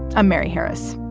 i'm mary harris.